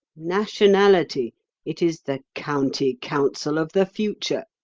nationality it is the county council of the future.